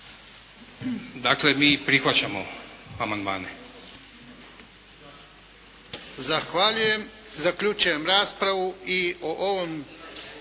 Dakle, mi prihvaćamo amandmane.